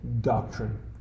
doctrine